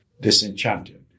disenchanted